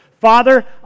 Father